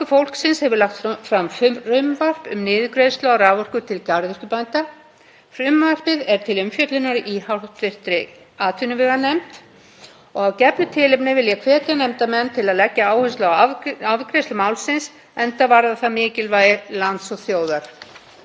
og að gefnu tilefni vil ég hvetja nefndarmenn til að leggja áherslu á afgreiðslu málsins enda varðar það mikilvægi lands og þjóðar.